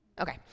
Okay